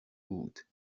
wood